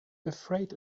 afraid